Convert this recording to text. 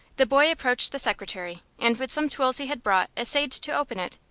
the boy approached the secretary, and with some tools he had brought essayed to open it.